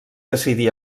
decidí